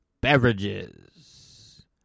beverages